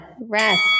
rest